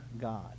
God